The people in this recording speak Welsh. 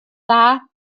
dda